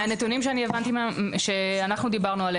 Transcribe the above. מנתונים עליהם דיברנו,